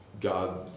God